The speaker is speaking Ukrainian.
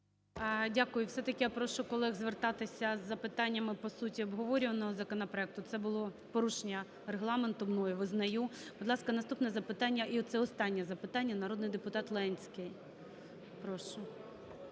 Дякую. Все-таки я прошу колег звертатися з запитаннями по сутті обговорюваного законопроекту. Це було порушення Регламенту мною. Визнаю. Будь ласка, наступне запитання, і це останнє запитання, народний депутат Ленський. Прошу.